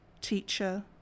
teacher